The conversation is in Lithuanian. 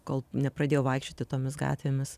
kol nepradėjau vaikščioti tomis gatvėmis